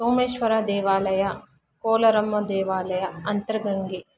ಸೋಮೇಶ್ವರ ದೇವಾಲಯ ಕೋಲಾರಮ್ಮ ದೇವಾಲಯ ಅಂತರಗಂಗೆ